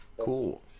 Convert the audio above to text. Cool